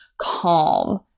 calm